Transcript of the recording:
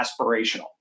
aspirational